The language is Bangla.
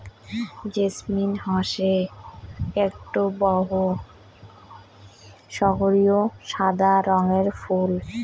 জেছমিন হসে আকটো বহু সগন্ধিও সাদা রঙের ফুল